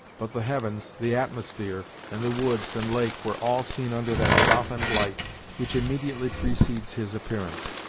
but the heavens, the atmosphere, and the woods and lake were all seen under that softened light which immediately precedes his appearance,